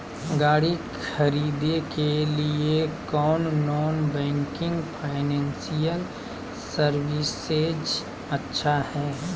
गाड़ी खरीदे के लिए कौन नॉन बैंकिंग फाइनेंशियल सर्विसेज अच्छा है?